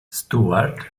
stuart